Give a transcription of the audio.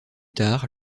tard